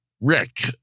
Rick